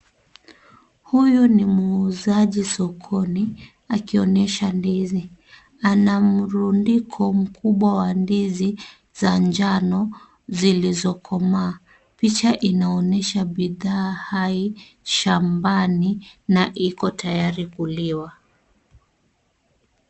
Huyu ni muuzaji sokoni akionyesha ndizi. Ana mrundiko mkubwa wa ndizi za njano zilizokomaa. Picha inaonyesha bidhaa hai shambani na iko tayari kuliwa.